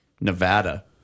Nevada